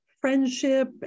friendship